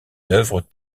œuvres